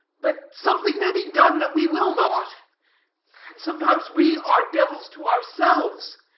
but something may be done that we will not and sometimes we are devils to ourselves,